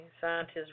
scientists